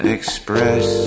Express